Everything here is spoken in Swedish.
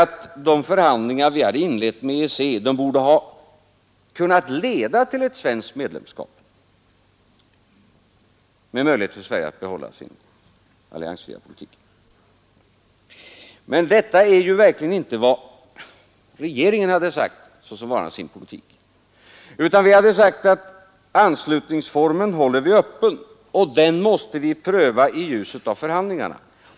Men det är verkligen inte vad inledningsanförande, som herr Bohman replikerade på — att regeringen hoppade av från sin politik. Regeringen borde ha fullföljt sin politik, sade Avtal med E regeringen sagt vara sin politik. Vi har sagt att anslutningsformen håller vi — "22. öppen, och den måste vi pröva i ljuset av förhandlingarna.